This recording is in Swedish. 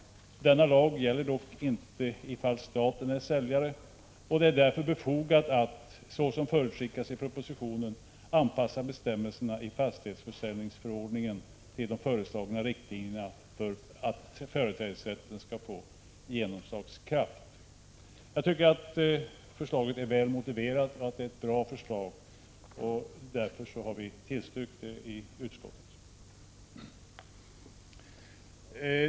Denna lag gäller dock inte i fall där staten är säljare, och det är därför befogat att, så som förutskickas i propositionen, anpassa bestämmelserna i fastighetsförsäljningsförordningen till de föreslagna riktlinjerna för att företrädesrätten skall få genomslagskraft.” Utskottsmajoriteten anser att förslaget är väl motiverat och att det är ett bra förslag. Därför har vi tillstyrkt det.